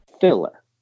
filler